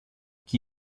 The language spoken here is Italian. chi